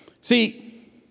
See